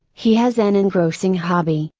he has an engrossing hobby,